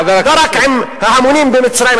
לא רק עם ההמונים במצרים,